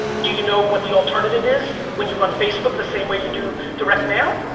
do you know what the alternative is when you run facebook the same way you do direct mail?